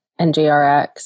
NGRX